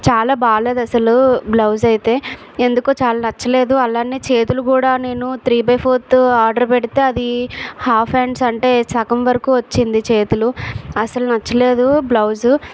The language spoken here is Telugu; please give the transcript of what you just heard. చాలా బాగలేదు అసలు బ్లౌజ్ అయితే ఎందుకో చాలా నచ్చలేదు అలాగే చేతులు కూడా నిన్ను త్రీ బై ఫోర్త్ ఆర్డర్ పెడితే అది హాఫ్ హండ్స్ అంటే సగం వరకు వచ్చింది చేతులు అసలు నచ్చలేదు బ్లౌజు